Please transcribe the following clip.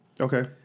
Okay